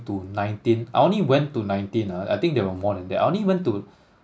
to nineteen I only went to nineteen ah I think there were more than that I only went to